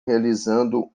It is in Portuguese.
realizando